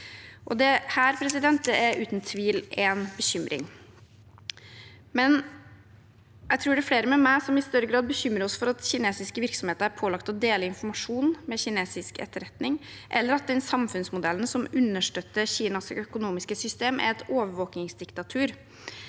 oss og andre.» Dette er uten tvil en bekymring, men jeg tror det er flere med meg som i større grad bekymrer seg for at kinesiske virksomheter er pålagt å dele informasjon med kinesisk etterretning, eller at den samfunnsmodellen som understøtter Kinas økonomiske system, er et overvåkingsdiktatur.